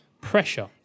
pressure